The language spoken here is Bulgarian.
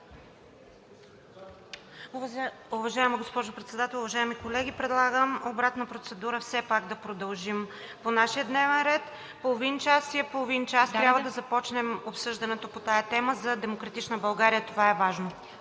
Уважаема госпожо Председател, уважаеми колеги! Предлагам обратна процедура: все пак да продължим по нашия дневен ред – половин час си е половин час. Трябва да започнем обсъждането по тази тема. За „Демократична България“ това е важно.